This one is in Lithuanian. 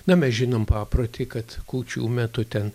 na mes žinom paprotį kad kūčių metu ten